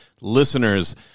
listeners